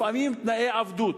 לפעמים תנאי עבדות.